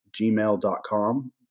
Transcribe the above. gmail.com